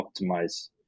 optimize